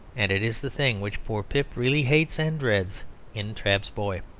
and it is the thing which poor pip really hates and dreads in trabb's boy.